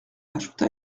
ajouta